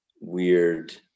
weird